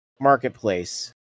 marketplace